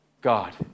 God